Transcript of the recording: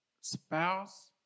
spouse